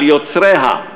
על יוצריה,